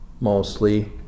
mostly